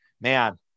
man